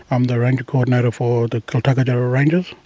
am the ranger coordinator for the kaltukatjara ranges.